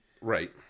Right